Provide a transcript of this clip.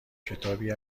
کتابی